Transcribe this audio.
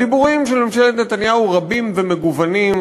הדיבורים של ממשלת נתניהו רבים ומגוונים,